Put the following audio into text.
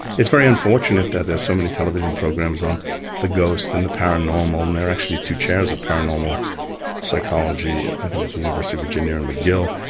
it's very unfortunate that there are so many television programs on the ghost, and the paranormal and there are actually two chairs of paranormal psychology, i think at the university of virginia and mcgill,